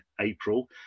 April